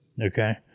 Okay